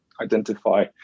identify